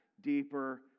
deeper